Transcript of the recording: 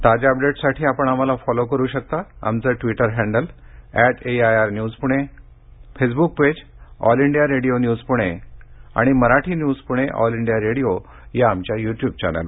ताज्या अपडेट्ससाठी आपण आम्हाला फॉलो करु शकता आमचं Twitter handle at AIR news Pune Facebook page all India radio news Pune आणि Marathi news Pune all India radio या आमच्या यूट्यूब चॅनेलवर